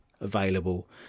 available